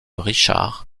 richard